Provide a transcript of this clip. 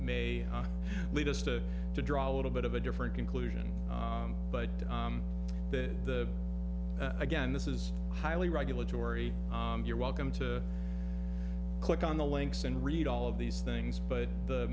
may lead us to to draw a little bit of a different conclusion that the again this is highly regulatory you're welcome to click on the links and read all of these things but the